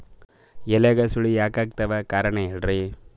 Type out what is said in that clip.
ಎಲ್ಯಾಗ ಸುಳಿ ಯಾಕಾತ್ತಾವ ಕಾರಣ ಹೇಳ್ರಿ?